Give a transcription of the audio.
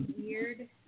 weird